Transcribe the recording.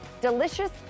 delicious